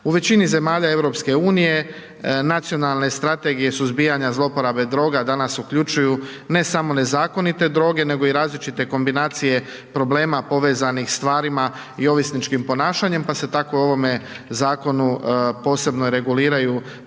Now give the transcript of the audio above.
U veći zemalja EU nacionalne strategije suzbijanja zlouporabe droga danas uključuju ne samo nezakonite droge, nego i različite kombinacije problema povezanih stvarima i ovisničkim ponašanjem, pa se tamo i u ovome zakonu posebno reguliraju nedopuštene